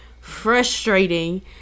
frustrating